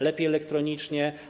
Lepiej elektronicznie.